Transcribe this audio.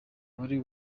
wari